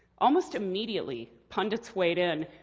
almost immediately, pundits weighed in,